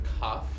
Cuff